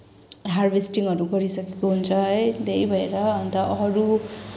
हार्भेस्टिङहरू गरिसकेको हुन्छ है त्यही भएर अन्त अरू